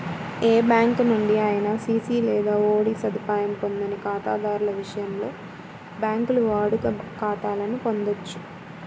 ఏ bank నుండి అయినా CC లేదా ఓడి సదుపాయం పొందని ఖాతాదారుల విషయంలో, బ్యాంకులు వాడుక ఖాతాలను పొందొచ్చు